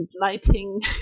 lighting